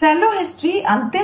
shallow history पर